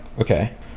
Okay